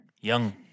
Young